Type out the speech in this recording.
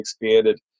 expanded